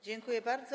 Dziękuję bardzo.